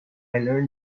learned